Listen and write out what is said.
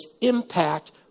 impact